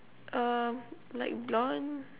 err like blond